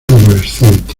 adolescente